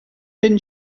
thin